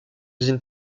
usines